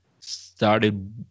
started